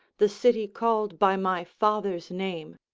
the city called by my father's name,